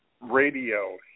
radio